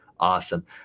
Awesome